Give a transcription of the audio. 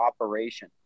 operation